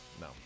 no